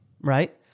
right